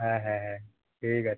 হ্যাঁ হ্যাঁ হ্যাঁ ঠিক আছে